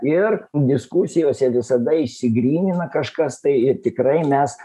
ir diskusijose visada išsigrynina kažkas tai tikrai mes